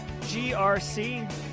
GRC